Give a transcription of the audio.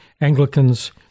Anglicans